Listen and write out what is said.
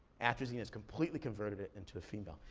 atrazine has completely converted it into a female.